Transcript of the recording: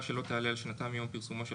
לתקופה שלא תעלה על שנתיים מיום פרסומו של